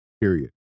period